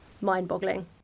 mind-boggling